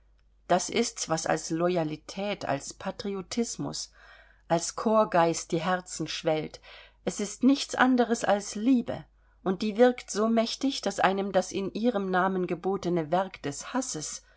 das ist's was als loyalität als patriotismus als korpsgeist die herzen schwellt es ist nichts anderes als liebe und die wirkt so mächtig daß einem das in ihrem namen gebotene werk des hasses